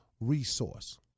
resource